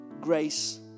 grace